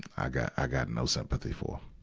i got, i got and no sympathy for.